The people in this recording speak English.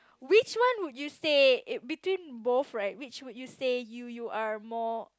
which one would you say it between both right which would you say you you are more